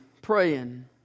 praying